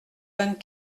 vingt